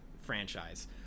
franchise